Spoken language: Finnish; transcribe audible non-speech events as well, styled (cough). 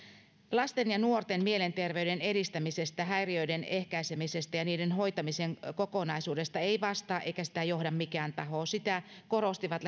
lasten ja nuorten mielenterveyden edistämisestä häiriöiden ehkäisemisestä ja niiden hoitamisen kokonaisuudesta ei vastaa eikä sitä johda mikään taho sitä korostivat (unintelligible)